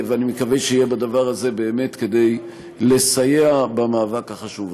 ואני מקווה שיהיה בדבר כדי לסייע במאבק החשוב הזה.